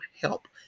help